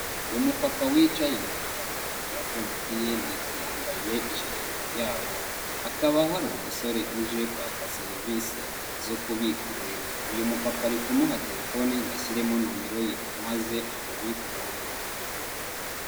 Umupapa wicaye mu mutaka wa Mtn yambaye ijire yabo. Hakaba hari umusore uje kwaka serivise, zo kubikurirwa. Uyu mupapa ari kumuha telefone ngo ashyiremo nomero ye, maze amubikurire.